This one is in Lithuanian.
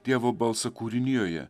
dievo balsą kūrinijoje